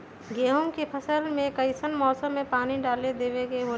गेहूं के फसल में कइसन मौसम में पानी डालें देबे के होला?